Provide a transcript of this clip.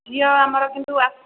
ଝିଅ ଆମର କିନ୍ତୁ ଆସି